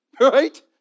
right